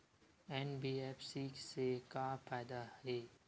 NBFC से का फ़ायदा हे?